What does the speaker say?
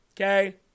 Okay